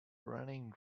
running